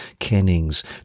kennings